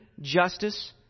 justice